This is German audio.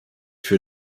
für